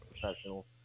professional